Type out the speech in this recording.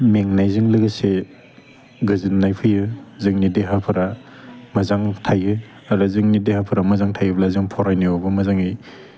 मेंनायजों लोगोसे गोजोन्नाय फैयो जोंनि देहाफ्रा मोजां थायो आरो जोंनि देहाफ्रा मोजां थायोब्ला जों फरायनायावबो मोजाङै